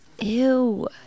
Ew